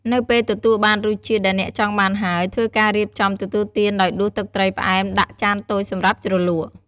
នៅពេលទទួលបានរសជាតិដែលអ្នកចង់បានហើយ ធ្វើការរៀបចំទទួលទានដោយដួសទឹកត្រីផ្អែមដាក់ចានតូចសម្រាប់ជ្រលក់។